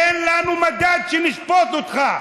תן לנו מדד שנשפוט אותך.